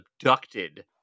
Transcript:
abducted